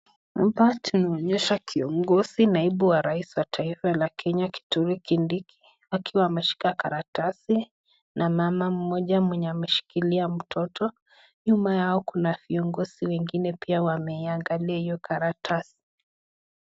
Hapa tunaonyeshwa kiongozi naibu wa rais wa taifa la Kenya Kithure Kindiki wakiwa wameshika karatasi na mama mmoja mwenye ameshikilia mtoto, nyuma yao kuna viongozi wengine pia wameangalia hiyo karatasi.